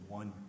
one